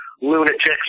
lunatics